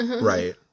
Right